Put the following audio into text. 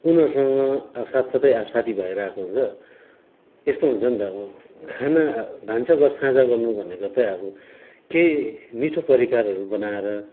उनीहरूसँग साथसाथै अब साथीभाइहरू आएको हुन्छ यस्तो हुन्छ नि त अब खाना भन्साघर साझा गर्नु भनेको त्यही अब केही मिठो परिकारहरू बनाएर